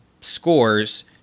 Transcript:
scores